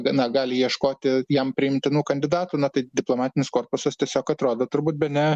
gana gali ieškoti jam priimtinų kandidatų na tai diplomatinis korpusas tiesiog atrodo turbūt bene